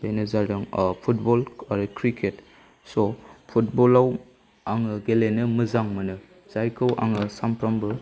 बेनो जादों ओ फुटबल आरो क्रिकेट स' फुटबलाव आङो गेलेनो मोजां मोनो जायखौ आङो सानफ्रोमबो